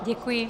Děkuji.